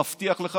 אני מבטיח לך